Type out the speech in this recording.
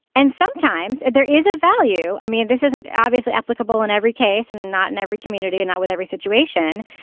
and sometimes and there is a value. i mean this isn't obviously applicable in every case and not in every community and not with every situation.